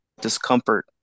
discomfort